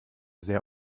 sehr